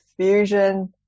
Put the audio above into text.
fusion